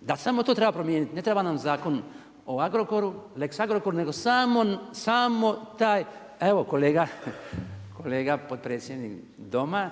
da samo to treba promijeniti. Ne treba nam zakon o lex Agrokoru nego samo taj, evo kolega potpredsjednik doma